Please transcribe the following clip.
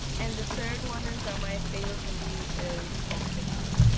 and the third one is that my favourite movie is pulp fiction.